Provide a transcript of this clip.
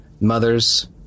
mothers